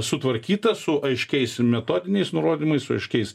sutvarkyta su aiškiais metodiniais nurodymais su aiškiais